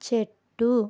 చెట్టు